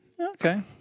Okay